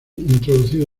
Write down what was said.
introducido